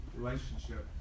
relationship